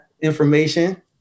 information